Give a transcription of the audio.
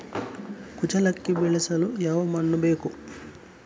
ಕುಚ್ಚಲಕ್ಕಿ ಬೆಳೆಸಲು ಯಾವ ಮಣ್ಣು ಬೇಕು?